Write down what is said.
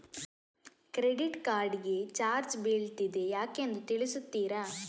Credit card ಗೆ charge ಬೀಳ್ತಿದೆ ಯಾಕೆಂದು ತಿಳಿಸುತ್ತೀರಾ?